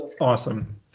Awesome